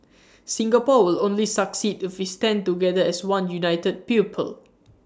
Singapore will only succeed if we stand together as one united people